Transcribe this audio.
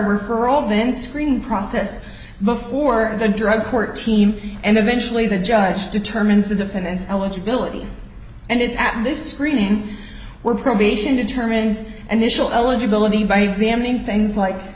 referral then screening process before the drug court team and eventually the judge determines the defendant's eligibility and it's at this screening where probation determines and initial eligibility by examining things like